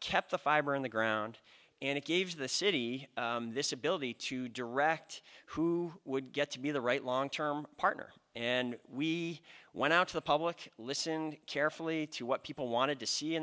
kept the fiber in the ground and it gave the city this ability to direct who would get to be the right long term partner and we went out to the public listened carefully to what people wanted to see